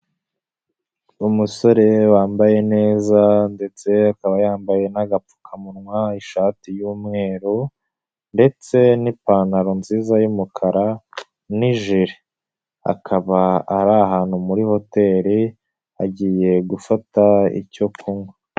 Umusore wambaye neza ndetse akaba yambaye n'agapfukamunwa, ishati y'umweru ndetse n'ipantaro nziza y'umukara n'ijiri, akaba ari ahantu muri hoteli agiye gufata icyo kunywa.